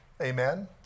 Amen